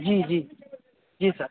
जी जी जी सर